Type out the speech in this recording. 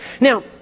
Now